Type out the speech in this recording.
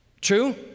True